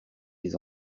les